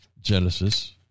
Genesis